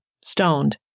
stoned